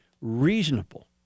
reasonable